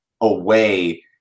away